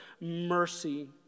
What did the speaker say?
mercy